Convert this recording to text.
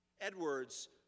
Edwards